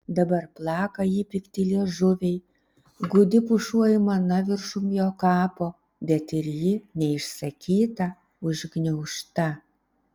dabar plaka jį pikti liežuviai gūdi pušų aimana viršum jo kapo bet ir ji neišsakyta užgniaužta